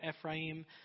Ephraim